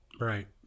Right